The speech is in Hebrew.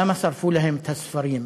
למה שרפו להם את הספרים.